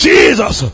Jesus